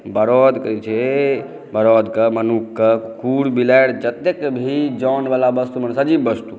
बरद कहै छै बरदके मनुषके कुकुर बिलाइ जतेक भी जानवला वस्तु मने सजीव वस्तु